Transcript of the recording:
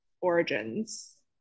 Origins